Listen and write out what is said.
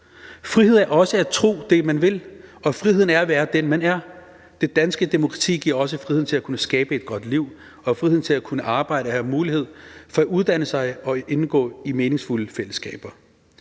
Frihed er også at tro det, man vil. Og friheden er at være den, man er. Det danske demokrati giver også friheden til at kunne skabe et godt liv og friheden til at kunne arbejde og have mulighed for at uddanne sig og indgå i meningsfulde fællesskaber.